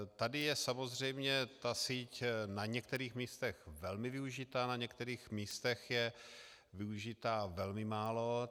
Tady je samozřejmě síť na některých místech velmi využitá, na některých místech je využitá velmi málo.